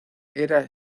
era